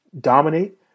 dominate